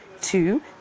two